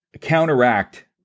counteract